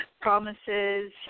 promises